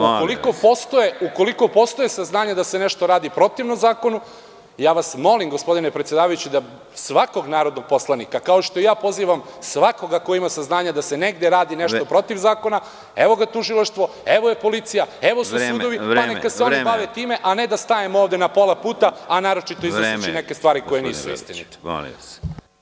Ukoliko postoje saznanja da se nešto radi protivno zakonu, ja vas molim, gospodine predsedavajući, da svakog narodnog poslanika, kao što i ja pozivam svakoga ko ima saznanja da se negde radi nešto protiv zakona, evo ga tužilaštvo, evo je policija, evo su sudovi, pa neka se oni bave time a ne da stajemo ovde na pola puta, a naročito iznoseći neke stvari koje nisu istinite.